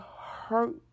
hurt